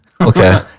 Okay